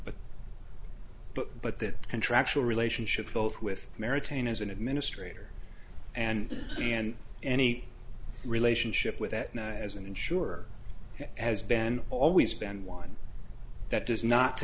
but but but that contractual relationship both with marriage tain as an administrator and he and any relationship with that night as an insurer has been always been one that does not